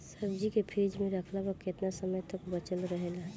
सब्जी के फिज में रखला पर केतना समय तक बचल रहेला?